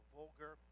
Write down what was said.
vulgar